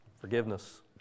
Forgiveness